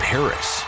Paris